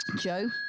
Joe